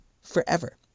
forever